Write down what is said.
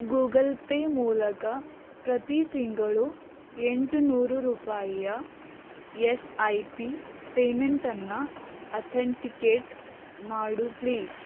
Google Pay ಮೂಲಕ ಪ್ರತಿ ತಿಂಗಳು ಎಂಟು ನೂರು ರೂಪಾಯಿಯ ಎಸ್ ಐ ಪಿ ಪೇಮೆಂಟನ್ನು ಅಥೆಂಟಿಕೇಟ್ ಮಾಡು ಪ್ಲೀಸ್